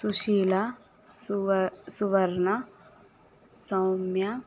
సుశీల సువ సువర్ణ సౌమ్య